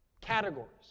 Categories